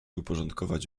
uporządkować